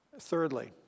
Thirdly